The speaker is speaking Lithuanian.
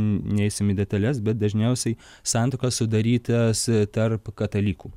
neisim į detales bet dažniausiai santuokas sudarytas tarp katalikų